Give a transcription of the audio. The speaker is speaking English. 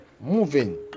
moving